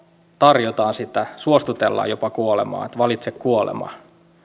tarjotaan sitä suostutellaan jopa kuolemaan että valitse kuolema